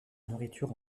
nourriture